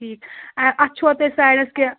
ٹھیٖک اَتھ چھُوا تۄہہِ سایڈَس کیٚنٛہہ